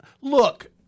look